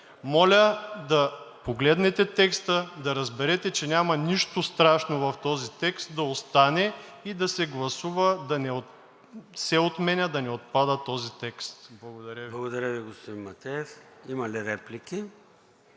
Моля да погледнете текста, да разберете, че няма нищо страшно в този текст – да остане и да се гласува, да не се отменя, да не отпада този текст. Благодаря Ви. ПРЕДСЕДАТЕЛ ЙОРДАН ЦОНЕВ: Благодаря Ви, господин Матеев. Има ли реплики?